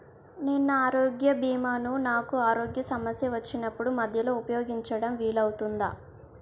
నేను నా ఆరోగ్య భీమా ను నాకు ఆరోగ్య సమస్య వచ్చినప్పుడు మధ్యలో ఉపయోగించడం వీలు అవుతుందా?